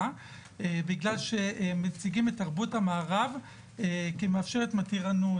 בגלל שהם מציגים את תרבות המערב כמאפשרת מתירנות,